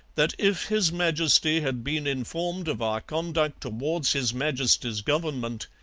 that if his majesty had been informed of our conduct towards his majesty's government,